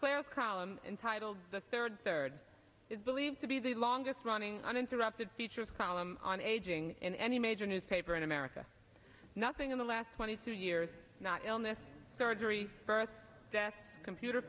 claire column entitled the third third is believed to be the longest running uninterrupted features column on aging in any major newspaper in america nothing in the last twenty two years not illness surgery birth death computer